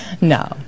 No